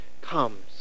comes